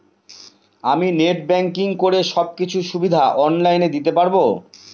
আমি net banking করে সব কিছু সুবিধা অন লাইন দিতে পারবো?